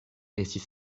estis